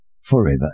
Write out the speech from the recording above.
forever